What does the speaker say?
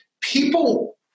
people